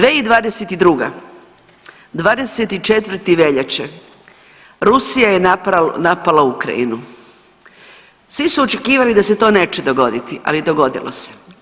2022. 24. veljače Rusija je napala Ukrajinu, svi su očekivali da se to neće dogoditi ali dogodilo se.